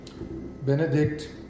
Benedict